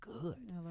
good